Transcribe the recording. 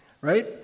Right